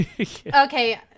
Okay